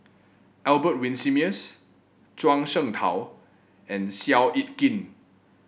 Albert Winsemius Zhuang Shengtao and Seow Yit Kin